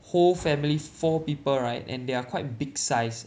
whole family four people right and they are quite big sized